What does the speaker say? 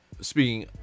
speaking